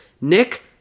Nick